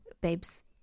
babes